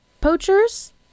poachers